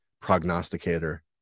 prognosticator